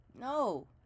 No